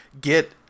get